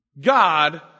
God